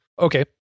okay